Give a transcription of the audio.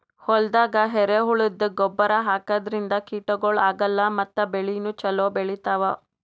ಹೊಲ್ದಾಗ ಎರೆಹುಳದ್ದು ಗೊಬ್ಬರ್ ಹಾಕದ್ರಿನ್ದ ಕೀಟಗಳು ಆಗಲ್ಲ ಮತ್ತ್ ಬೆಳಿನೂ ಛಲೋ ಬೆಳಿತಾವ್